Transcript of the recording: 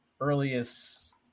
earliest